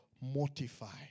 mortify